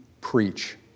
preach